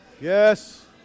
yes